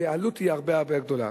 שהעלות שלו היא הרבה-הרבה יותר גדולה.